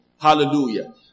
Hallelujah